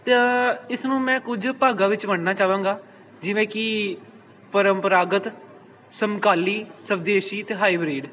ਤਾਂ ਇਸਨੂੰ ਮੈਂ ਕੁਝ ਭਾਗਾਂ ਵਿੱਚ ਵੰਡਣਾ ਚਾਹਵਾਂਗਾ ਜਿਵੇਂ ਕਿ ਪਰੰਪਰਾਗਤ ਸਮਕਾਲੀ ਸਵਦੇਸ਼ੀ ਅਤੇ ਹਾਈਬਰੀਡ